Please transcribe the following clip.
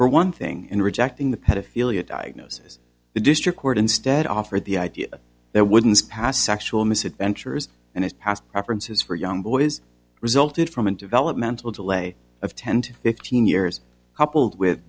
for one thing in rejecting the pedophilia diagnosis the district court instead offered the idea there wouldn't be sexual misadventures and his past preferences for young boys resulted from a developmental delay of ten to fifteen years